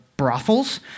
brothels